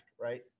Right